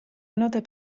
nota